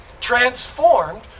transformed